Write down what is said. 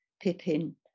Pippin